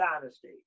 honesty